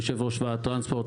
יושב-ראש ועד טרנספורט,